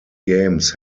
games